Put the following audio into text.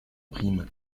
prime